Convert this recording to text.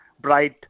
bright